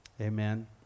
Amen